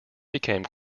became